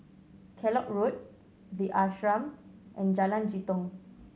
Kellock Road The Ashram and Jalan Jitong